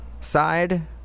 side